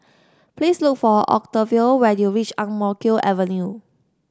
please look for Octavio when you reach Ang Mo Kio Avenue